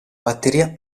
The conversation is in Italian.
batteria